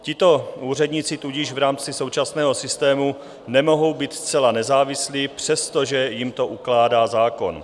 Tito úředníci tudíž v rámci současného systému nemohou být zcela nezávislí, přestože jim to ukládá zákon.